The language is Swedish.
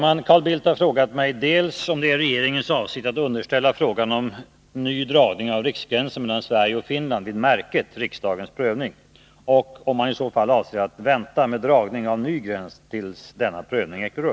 Är det regeringens avsikt att underställa frågan om ny dragning av riksgränsen mellan Sverige och Finland vid Märket riksdagens prövning, och avser man i så fall att vänta med dragning av ny gräns tills denna prövning ägt rum?